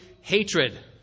hatred